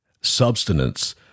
substance